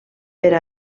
per